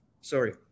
sorry